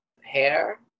hair